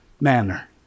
manner